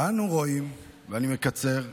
ואנו רואים, ואני מקצר,